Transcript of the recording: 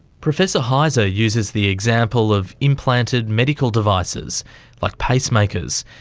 professor heiser uses the example of implanted medical devices like pacemakers,